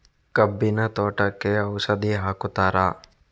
ಕಬ್ಬಿನ ತೋಟಕ್ಕೆ ಔಷಧಿ ಹಾಕುತ್ತಾರಾ?